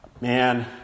man